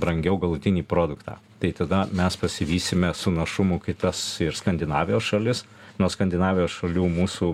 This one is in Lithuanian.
brangiau galutinį produktą tai tada mes pasivysime su našumu kitas ir skandinavijos šalis nuo skandinavijos šalių mūsų